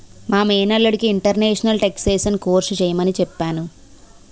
మా మేనల్లుడికి international taxation course చెయ్యమని చెప్పాను